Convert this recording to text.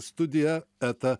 studija eta